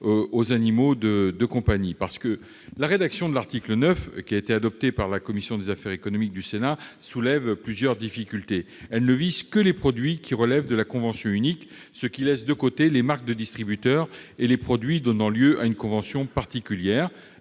aux animaux de compagnie. La rédaction adoptée par la commission des affaires économiques du Sénat soulève plusieurs difficultés : elle ne vise que les produits relevant de la convention unique, ce qui laisse de côté les marques de distributeurs- les MDD -et les produits donnant lieu à une convention particulière